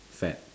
fad